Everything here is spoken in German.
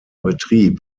betrieb